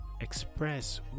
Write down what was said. express